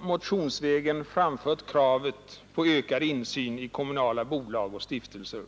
motionsvägen framfört kravet på ökad insyn i kommunala bolag och stiftelser.